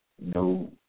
no